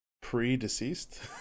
pre-deceased